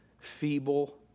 feeble